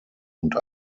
und